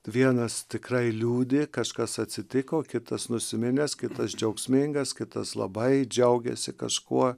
vienas tikrai liūdi kažkas atsitiko kitas nusiminęs kitas džiaugsmingas kitas labai džiaugėsi kažkuo